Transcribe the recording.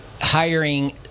hiring